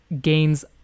gains